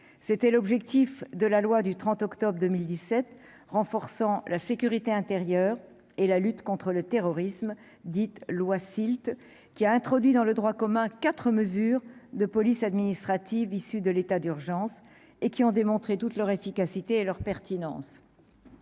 c'était l'objectif de la loi du 30 octobre 2017 renforçant la sécurité intérieure et la lutte contre le terrorisme, dite loi Silt eux qui a introduit dans le droit commun, 4 mesures de police administrative issue de l'état d'urgence et qui ont démontré toute leur efficacité et leur pertinence,